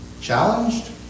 challenged